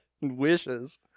Wishes